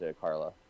Carla